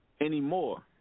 anymore